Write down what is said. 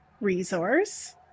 resource